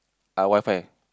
ah Wi-Fi